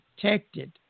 protected